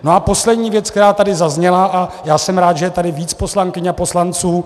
A poslední věc, která tady zazněla, a já jsem rád, že je tady víc poslankyň a poslanců.